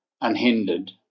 unhindered